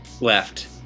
Left